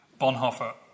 Bonhoeffer